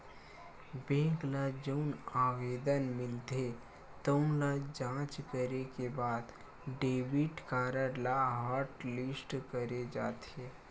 bank ल जउन आवेदन मिलथे तउन ल जॉच करे के बाद डेबिट कारड ल हॉटलिस्ट करे जाथे